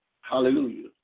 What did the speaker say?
Hallelujah